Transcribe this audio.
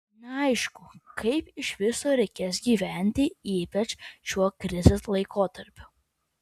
neaišku kaip iš viso reikės gyventi ypač šiuo krizės laikotarpiu